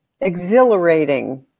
exhilarating